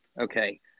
Okay